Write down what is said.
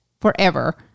forever